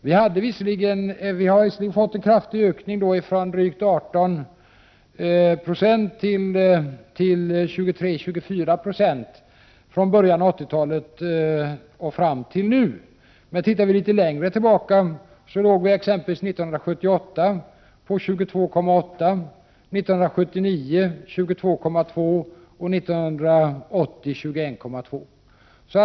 Vi har visserligen fått en kraftig ökning från drygt 18 9 till 23-24 96 från början av 80-talet och fram till nu. Men tittar vi litet längre tillbaka kan vi konstatera att sjuktalet exempelvis år 1978 var 22,8 9c, 1979 22,2 Yo och 1980 21,2 26.